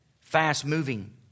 fast-moving